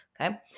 Okay